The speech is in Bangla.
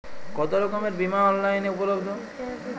কতোরকমের বিমা অনলাইনে উপলব্ধ?